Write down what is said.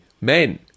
men